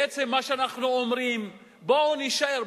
בעצם מה שאנחנו אומרים: בואו נישאר,